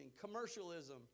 Commercialism